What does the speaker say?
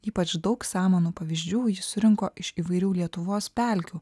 ypač daug samanų pavyzdžių ji surinko iš įvairių lietuvos pelkių